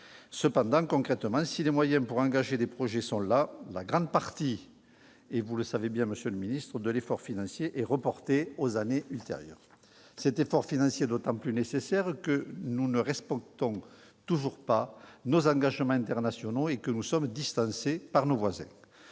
Cependant, concrètement, si les moyens pour engager des projets sont là, une grande partie de l'effort financier, vous le savez bien, monsieur le ministre, est reporté aux années ultérieures. Cet effort financier est d'autant plus nécessaire que nous ne respectons toujours pas nos engagements internationaux et que nous sommes distancés par nos voisins.